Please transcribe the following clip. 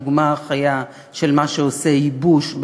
הדוגמה החיה של מה שעושה ייבוש,